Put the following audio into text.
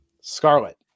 Scarlet